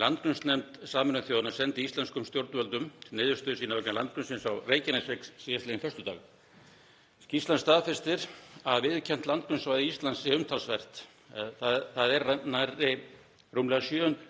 Landgrunnsnefnd Sameinuðu þjóðanna sendi íslenskum stjórnvöldum niðurstöður sínar vegna landgrunnsins á Reykjaneshrygg síðastliðinn föstudag. Skýrslan staðfestir að viðurkennt landgrunnssvæði Íslands sé umtalsvert og nái rúmlega